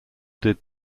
did